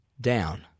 down